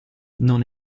non